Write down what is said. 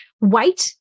wait